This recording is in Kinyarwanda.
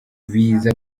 biza